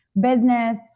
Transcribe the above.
business